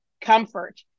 comfort